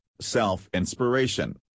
self-inspiration